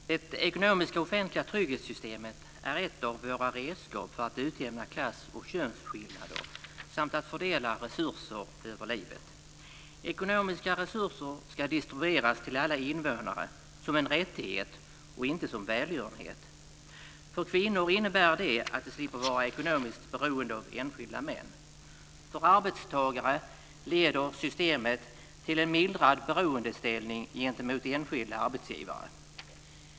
Fru talman! Det ekonomiska offentliga trygghetssystemet är ett av våra redskap för att utjämna klassoch könsskillnader samt att fördela resurser över livet. Ekonomiska resurser ska distribueras till alla invånare som en rättighet och inte som välgörenhet. För kvinnor innebär det att de slipper vara ekonomiskt beroende av enskilda män. För arbetstagare leder systemet till en mildrad beroendeställning gentemot enskilda arbetsgivare.